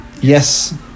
Yes